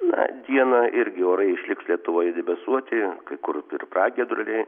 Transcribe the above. na dieną irgi orai išliks lietuvoje debesuoti kai kur ir pragiedruliai